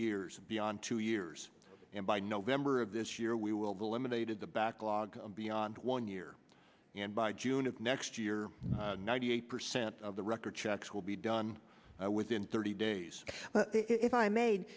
years beyond two years and by november of this year we will the lemonade in the backlog beyond one year and by june of next year ninety eight percent of the record checks will be done within thirty days if i made